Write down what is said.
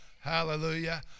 Hallelujah